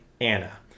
Anna